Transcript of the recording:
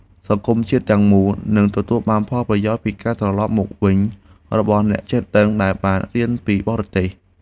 សង្គមជាតិទាំងមូលនឹងទទួលបានផលប្រយោជន៍ពីការត្រឡប់មកវិញរបស់អ្នកចេះដឹងដែលបានរៀនពីបរទេស។